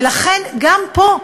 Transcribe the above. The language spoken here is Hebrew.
ולכן גם פה,